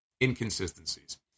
inconsistencies